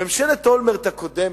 ממשלת אולמרט הקודמת,